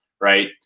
right